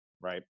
right